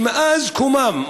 שמאז קומם,